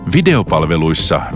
Videopalveluissa